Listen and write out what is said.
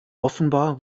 offenbar